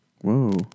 Whoa